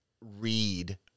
read